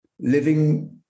living